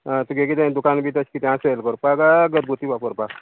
आं तुगे किदें दुकान बी तशें किदें आसा तर दवरपाक काय घरगुती वापरपाक